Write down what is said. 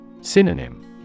Synonym